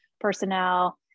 personnel